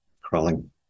Crawling